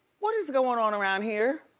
what is going on around here?